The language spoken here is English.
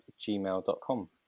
gmail.com